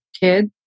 kid